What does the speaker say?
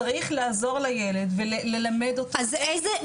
צריך לעזור לילד וללמד אותו -- אז איזה,